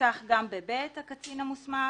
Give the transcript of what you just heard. כך גם בסעיף קטן (ב), הקצין המוסמך.